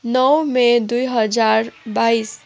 नौ मे दुई हजार बाइस